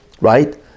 right